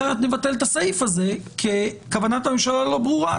אחרת, נבטל את הסעיף כי כוונת הממשלה לא ברורה.